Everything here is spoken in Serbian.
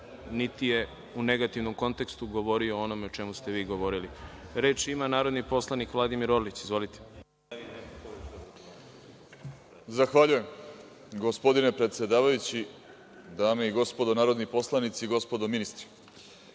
niti je u negativnom kontekstu govorio ono o čemu ste vi govorili. Reč ima narodni poslanik, Vladimir Orlić. **Vladimir Orlić** Zahvaljujem, gospodine predsedavajući. Dame i gospodo narodni poslanici, gospodo ministri,